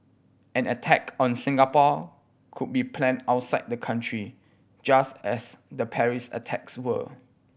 an attack on Singapore could also be planned outside the country just as the Paris attacks were